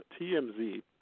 TMZ